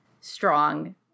strong